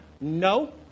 No